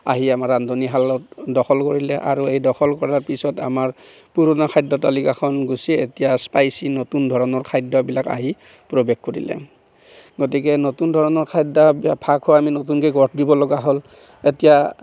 আহি আমাৰ ৰান্ধনীশালত দখল কৰিলে আৰু এই দখল কৰাৰ পিছত আমাৰ পুৰণা খাদ্য তালিকাখন গুচি এতিয়া স্পাইচি নতুন ধৰণৰ খাদ্যবিলাক আহি প্ৰৱেশ কৰিলে গতিকে নতুন ধৰণৰ খাদ্যভ্য়াসো আমি নতুনকৈ গঢ় দিব লগা হ'ল এতিয়া